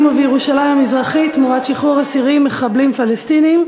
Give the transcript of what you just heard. ובירושלים המזרחית תמורת שחרור אסירים מחבלים פלסטינים,